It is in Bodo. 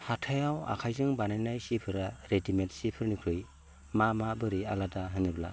हाथायाव आखाइजों बानायनाय सिफोरा रेदिमेड सिफोरनिख्रुइ मा माबोरै आलादा होनोब्ला